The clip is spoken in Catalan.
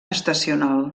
estacional